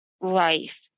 life